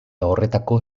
horretako